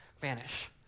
vanish